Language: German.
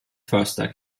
förster